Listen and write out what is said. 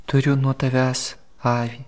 turiu nuo tavęs avį